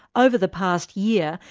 ah over the past year,